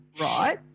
right